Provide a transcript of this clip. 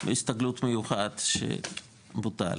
הסתגלות מיוחד, שבוטל.